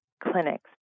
clinics